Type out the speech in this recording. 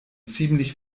ziemlich